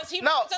no